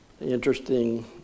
interesting